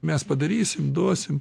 mes padarysim duosim